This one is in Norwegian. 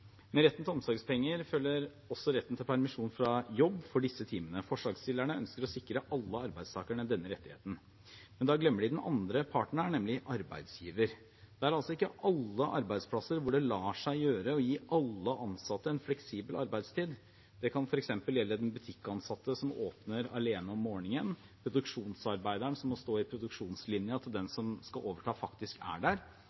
Med retten til omsorgspenger følger også retten til permisjon fra jobb for disse timene. Forslagsstillerne ønsker å sikre alle arbeidstakerne denne rettigheten. Men da glemmer de den andre parten her, nemlig arbeidsgiveren. Det er ikke alle arbeidsplasser der det lar seg gjøre å gi alle ansatte fleksibel arbeidstid. Det kan f.eks. gjelde den butikkansatte som åpner alene om morgenen, eller produksjonsarbeideren som må stå i produksjonslinjen til den som skal overta, faktisk er der.